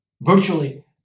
virtually